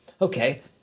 okay